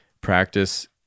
practice